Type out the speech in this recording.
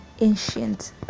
ancient